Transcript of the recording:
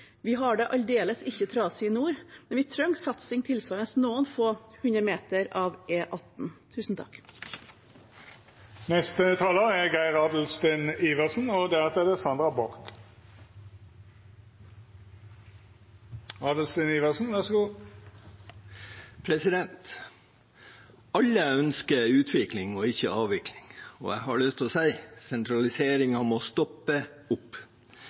Vi har det aldeles ikke trasig i nord, men vi trenger satsing tilsvarende noen få hundre meter av E18. Alle ønsker utvikling – og ikke avvikling. Og jeg har lyst til å si: Sentraliseringen må stoppe opp. Ulike samfunn må ha de samme godene, f.eks. politi, helsetilbud og